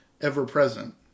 Ever-present